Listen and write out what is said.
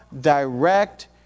direct